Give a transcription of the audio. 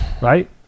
right